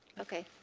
okay.